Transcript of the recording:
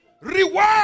Reward